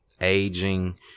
aging